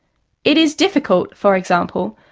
it is difficult, for example,